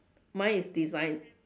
mine is design